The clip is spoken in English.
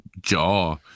jaw